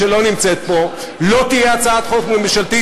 שלא נמצאת פה: לא תהיה הצעת חוק ממשלתית.